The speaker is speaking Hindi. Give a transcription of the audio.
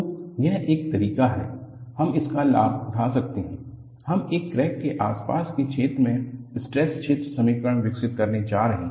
तो यह एक तरीका है हम इसका लाभ उठा सकते हैं हम एक क्रैक के आसपास के क्षेत्र में स्ट्रेस क्षेत्र समीकरण विकसित करने जा रहे हैं